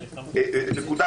לדעתי,